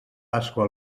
pasqua